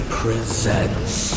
presents